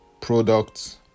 products